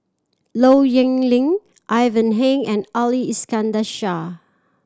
Low Yen Ling Ivan Heng and Ali Iskandar Shah